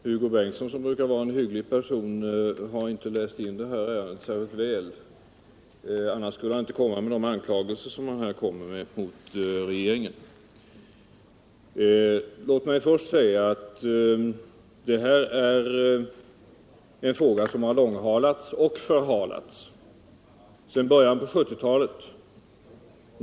Herr talman! Hugo Bengtsson som brukar vara en hygglig person har inte läst in det här ärendet särskilt väl, annars skulle han inte komma med de här anklagelserna mot regeringen. Låt mig först säga att det här är en fråga som har långhalats och förhalats sedan början på 1970-talet.